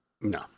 No